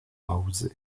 hause